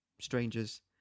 strangers